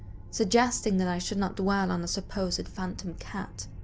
suggesting that i should not dwell on a supposed phantom cat.